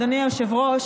אדוני היושב-ראש,